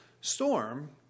storm